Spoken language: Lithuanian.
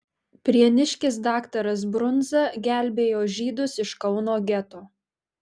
prieniškis daktaras brundza gelbėjo žydus iš kauno geto